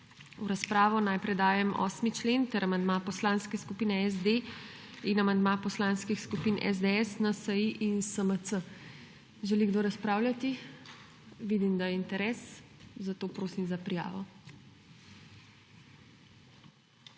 V razpravo dajem 8. člen ter amandma Poslanske skupine SD in amandma poslanskih skupin SDS, NSi in SMC. Želi kdo razpravljati? Vidim, da je interes, zato prosim za prijave.